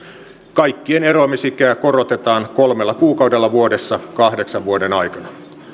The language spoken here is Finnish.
kaikkien eroamisikää korotetaan kolmella kuukaudella vuodessa kahdeksan vuoden aikana